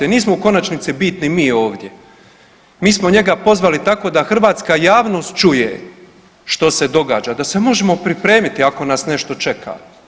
Nismo u konačnici bitni mi ovdje, mi smo njega pozvali tako da hrvatska javnost čuje što se događa, da se možemo pripremiti ako nas nešto čeka.